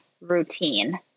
routine